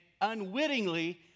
unwittingly